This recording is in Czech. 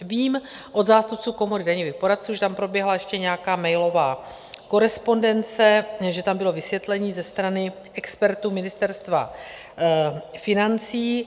Vím od zástupců Komory daňových poradců, že tam proběhla ještě nějaká mailová korespondence, že tam bylo vysvětlení ze strany expertů Ministerstva financí.